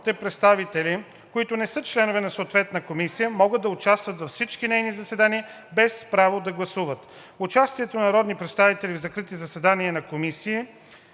представители, които не са членове на съответна комисия, могат да участват във всички нейни заседания без право да гласуват. (8) Участието на народни представители в закрити заседания на комисии,